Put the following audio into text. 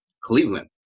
Cleveland